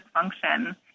function